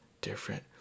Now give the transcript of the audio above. different